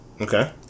Okay